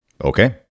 Okay